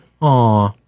Aw